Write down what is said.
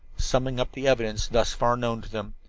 summing up the evidence thus far known to them.